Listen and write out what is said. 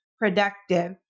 productive